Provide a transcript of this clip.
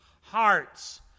hearts